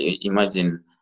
imagine